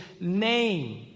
name